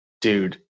dude